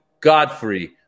Godfrey